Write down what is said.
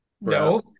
No